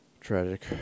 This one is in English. tragic